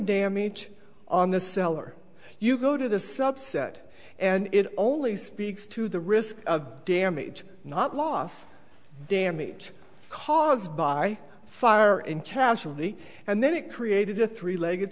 damage on the seller you go to the subset and it only speaks to the risk of damage not loss damage caused by fire and casualty and then it created a three legged